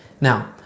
Now